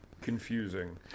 confusing